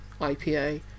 IPA